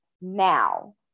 now